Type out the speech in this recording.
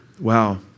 Wow